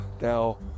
now